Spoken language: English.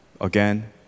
Again